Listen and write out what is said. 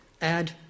add